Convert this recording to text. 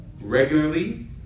regularly